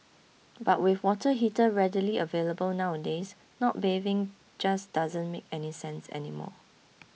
but with water heater readily available nowadays not bathing just doesn't make any sense anymore